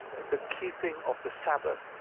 the keeping of the sabbath.